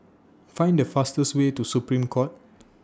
Find The fastest Way to Supreme Court